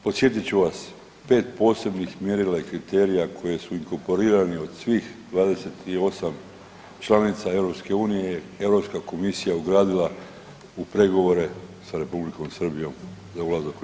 Podsjetit ću vas pet posebnih mjerila i kriterija koji su inkorporirani od svih 28 članica EU Europska komisija ugradila, upregla u pregovore sa Republikom Srbijom za ulazak u EU.